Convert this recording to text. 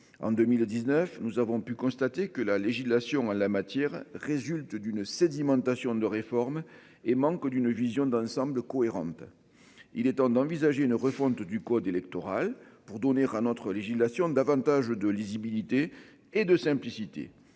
en 2019 nous avons pu constater que la législation en la matière résulte d'une sédimentation de réformes et manque d'une vision d'ensemble cohérente. Il est temps d'envisager une refonte du code électoral pour donner à notre législation davantage de lisibilité et de simplicité.